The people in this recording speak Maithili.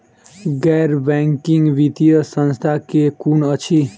गैर बैंकिंग वित्तीय संस्था केँ कुन अछि?